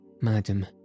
Madam